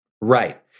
Right